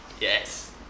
Yes